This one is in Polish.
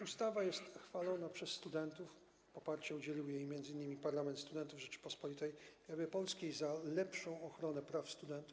Ustawa jest chwalona przez studentów - poparcia udzielił jej m.in. Parlament Studentów Rzeczypospolitej Polskiej - za lepszą ochronę praw studentów.